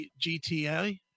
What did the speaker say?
GTA